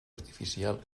artificial